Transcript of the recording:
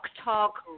Talk